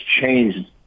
changed